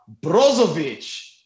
Brozovic